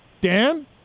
Dan